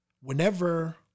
whenever